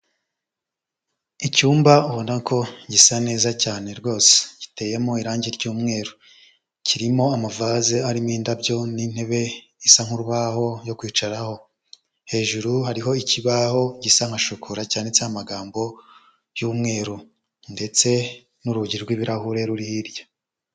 Icyumba ubona ko gisa neza cyane rwose giteyemo irange ry'umweru, kirimo amavaze arimo indabyo n'intebe isa nk'urubaho yo kwicaraho, hejuru hariho ikibaho gisa nka shokora, cyanditse amagambo y'umweru ndetse n'urugi rw'ibirahure ruri hirya.